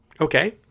Okay